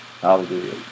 Hallelujah